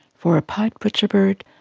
for a pied butcherbird,